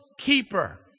keeper